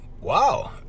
wow